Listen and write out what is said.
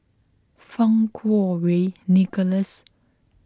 Fang Kuo Wei Nicholas